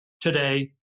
today